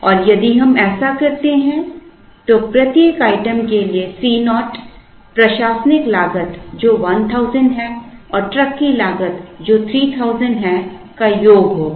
और यदि हम ऐसा करते हैं तो प्रत्येक आइटम के लिए C naught प्रशासनिक लागत जो 1000 है और ट्रक की लागत जो 3000 है का योग होगा